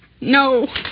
No